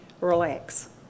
relax